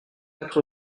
quatre